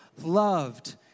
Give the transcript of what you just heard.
loved